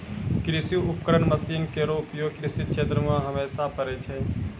कृषि उपकरण मसीन केरो उपयोग कृषि क्षेत्र मे हमेशा परै छै